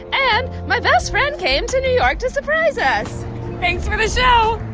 and my best friend came to new york to surprise us thanks for the show